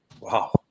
Wow